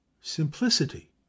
simplicity